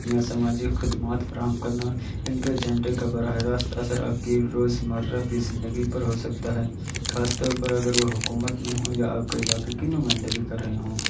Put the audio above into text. یا سماجی خدمات فراہم کرنا ان کے ایجنڈے کا براہِ راست اثر آپ کی روزمرہ کی زندگی پر ہو سکتا ہے خاص طور پر اگر وہ حکومت میں ہوں یا آپ کے علاقے کی نمائندگی کر رہے ہوں